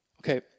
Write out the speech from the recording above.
Okay